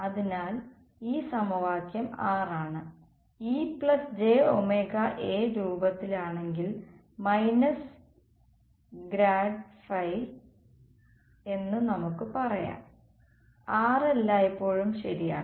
അതിനാൽ ഇത് സമവാക്യം 6 ആണ് E plus j omega A രൂപത്തിലാണെങ്കിൽ മൈനസ് ഗ്രാഡ് ഫൈ എന്ന് നമുക്ക് പറയാം 6 എല്ലായ്പ്പോഴും ശരിയാണ്